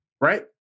right